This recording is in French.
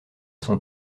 son